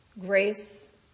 grace